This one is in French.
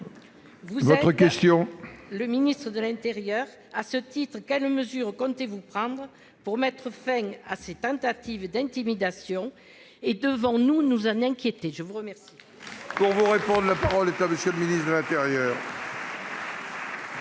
Vous êtes le ministre de l'intérieur. À ce titre, quelles mesures comptez-vous prendre pour mettre fin à ces tentatives d'intimidation ? Devons-nous nous inquiéter ? La parole